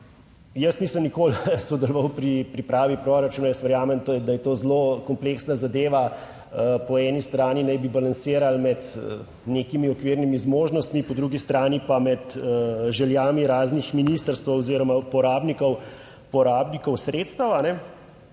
jaz nisem nikoli sodeloval pri pripravi proračuna. Jaz verjamem, da je to zelo kompleksna zadeva. Po eni strani naj bi balansirali med nekimi okvirnimi zmožnostmi, po drugi strani pa med željami raznih ministrstev oziroma uporabnikov,